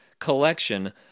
collection